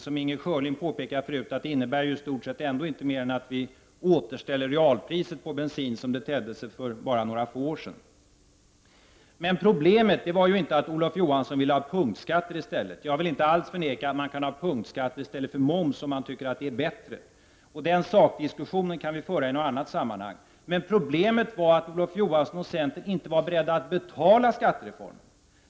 Som Inger Schörling påpekade tidigare innebär det i stort sett-inte annat än att vi återställer realpriset på bensinen så som det var för bara några år sedan. Problemet var dock inte att Olof Johansson ville ha punktskatter i stället. Jag vill inte alls förneka att man kan ha punktskatter i stället för moms om man tycker att det är bättre. Den sakdiskussionen kan vi föra i något annat sammanhang. Problemet var däremot att Olof Johansson och centern inte var beredda att betala skattereformen.